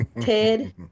Ted